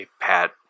Pat